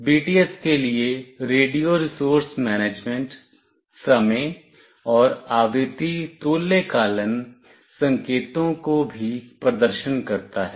और यह BTS के लिए रेडियो रिसोर्स मैनेजमेंट समय और आवृत्ति तुल्यकालन संकेतों को भी प्रदर्शन करता है